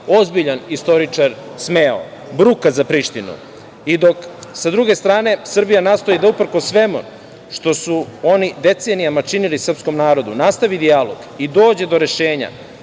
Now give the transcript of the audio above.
ozbiljan istoričar smejao. Bruka za Prištinu.I dok sa druge strane Srbija nastoji da uprkos svemu što su oni decenijama činili srpskom narodu nastavili dijalog i dođe do rešenja